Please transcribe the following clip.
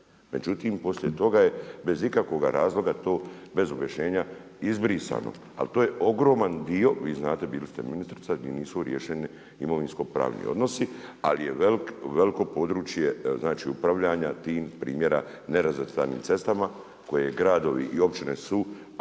Međutim, poslije toga je bez ikakvoga razloga, bez objašnjenja izbrisano, ali to je ogroman dio. Vi znate bili ste ministrica gdje nisu riješeni imovinskopravni odnosi ali je veliko područje upravljanja tim primjera nerazvrstanim cestama koje gradovi i općine